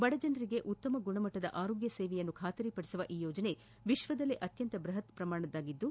ಬಡಜನರಿಗೆ ಉತ್ತಮ ಗುಣಮಟ್ಟದ ಆರೋಗ್ಯ ಸೇವೆ ಖಾತ್ರಿಪಡಿಸುವ ಈ ಯೋಜನೆ ಜಗತ್ತಿನಲ್ಲೆ ಅತ್ಯಂತ ಬೃಪತ್ ಪ್ರಮಾಣದ್ದಾಗಿದ್ದು